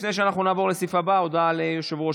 לפני שנעבור לסעיף הבא שעל סדר-היום,